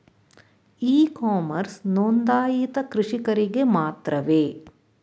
E commerce ನೊಂದಾಯಿತ ಕೃಷಿಕರಿಗೆ ಮಾತ್ರವೇ?